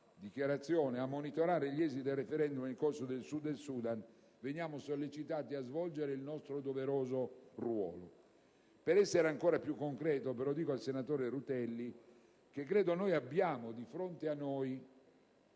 dichiarazione - a monitorare gli esiti del *referendum* in corso nel Sud del Sudan, veniamo sollecitati a svolgere il nostro doveroso ruolo. Per essere ancora più concreto - e mi rivolgo soprattutto al senatore Rutelli -credo che noi abbiamo di fronte una